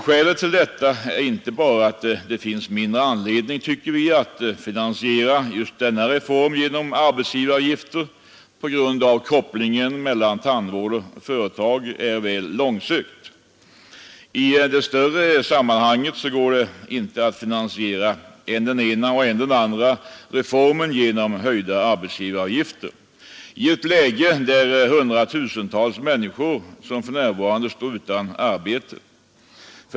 Skälet till detta är inte enbart att det finns mindre anledning att finansiera just denna reform genom arbetsgivaravgifter på grund av att kopplingen mellan tandvård och företag är väl långsökt. Det går ej att finansiera än den ena än den andra reformen genom höjda arbetsgivaravgifter i ett läge där — som nu — hundratusentals människor står utan arbete.